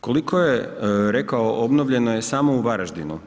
Koliko je rekao, obnovljeno je samo u Varaždinu.